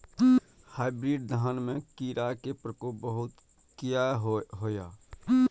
Hybrid धान में कीरा के प्रकोप बहुत किया होया?